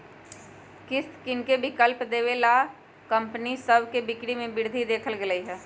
किस्त किनेके विकल्प देबऐ बला कंपनि सभ के बिक्री में वृद्धि देखल गेल हइ